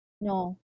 No